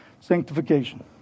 Sanctification